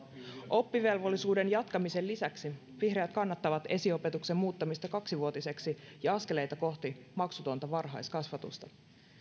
oppivelvollisuuden jatkamisen lisäksi vihreät kannattavat esiopetuksen muuttamista kaksivuotiseksi ja askeleita kohti maksutonta varhaiskasvatusta